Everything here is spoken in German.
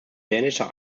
dänischer